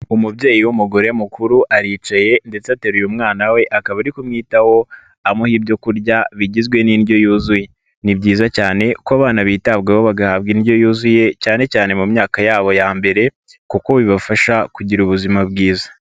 Umubyeyi w'umugore mukuru aricaye ndetse ateruraye umwana we, akaba ari kumwitaho, amuha ibyo kurya, bigizwe n'indyo yuzuye, ni byiza cyane ko abana bitabwaho, bagahabwa indyo yuzuye, cyane cyane mu myaka yabo ya mbere kuko bibafasha kugira ubuzima bwiza.